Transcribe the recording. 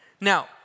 Now